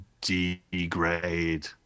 degrade